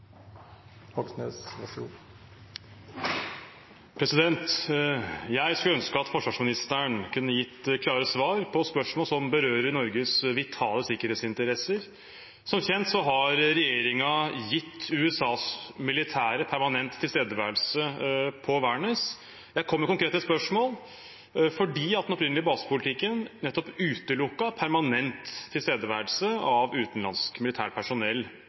Moxnes på akkurat dette feltet. Jeg skulle ønske at forsvarsministeren kunne gitt klare svar på spørsmål som berører Norges vitale sikkerhetsinteresser. Som kjent har regjeringen gitt USAs militære permanent tilstedeværelse på Værnes. Jeg kom med konkrete spørsmål fordi den opprinnelige basepolitikken nettopp utelukket permanent tilstedeværelse av utenlandsk